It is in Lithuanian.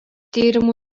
tyrimų